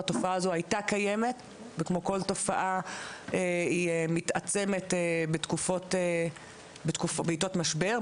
התופעה הזו הייתה קיימת וכמו כל תופעה היא מתעצמת בעיטות משבר,